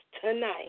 tonight